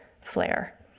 flare